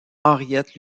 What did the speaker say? henriette